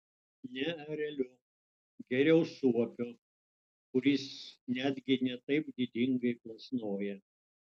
ne ereliu geriau suopiu kuris netgi ne taip didingai plasnoja